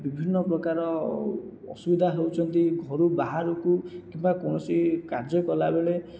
ବିଭିନ୍ନ ପ୍ରକାର ଅସୁବିଧା ହେଉଛନ୍ତି ଘରୁ ବାହାରକୁ କିମ୍ବା କୌଣସି କାର୍ଯ୍ୟ କଲାବେଳେ